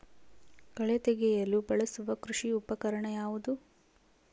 ಕಳೆ ತೆಗೆಯಲು ಬಳಸುವ ಕೃಷಿ ಉಪಕರಣ ಯಾವುದು?